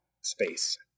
space